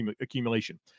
accumulation